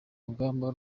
rugamba